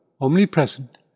omnipresent